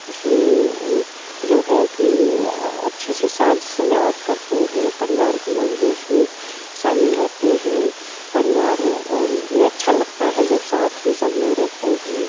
उसमें जो है कि अच्छी से साज सजावट करते हैं परिवार के लोग भी उसमें शामिल रहते हैं परिवार में अच्छा लगता है जब साथ में सब रहते हैं